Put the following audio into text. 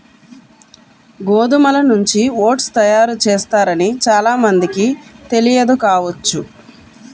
గోధుమల నుంచి ఓట్స్ తయారు చేస్తారని చాలా మందికి తెలియదు కావచ్చు